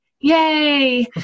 Yay